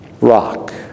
rock